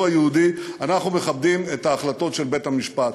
היהודי: אנחנו מכבדים את ההחלטות של בית-המשפט,